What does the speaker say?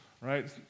right